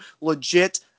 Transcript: legit